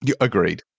Agreed